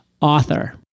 author